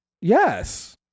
yes